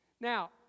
Now